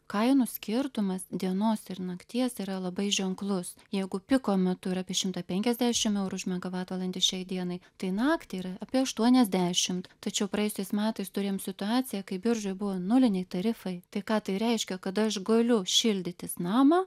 kainų skirtumas dienos ir nakties yra labai ženklus jeigu piko metu yra apie šimtą penkiasdešimt eurų už megavatvalandę šiai dienai tai naktį yra apie aštuoniasdešimt tačiau praėjusiais metais turėjom situaciją kai biržoj buvo nuliniai tarifai tai ką tai reiškia kad aš galiu šildytis namą